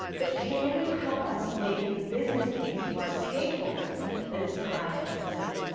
but can you help us make the business case to our stakeholders that it's time to move?